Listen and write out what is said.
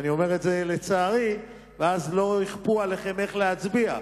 אז לא יכפו עליכם איך להצביע.